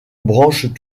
branche